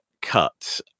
cut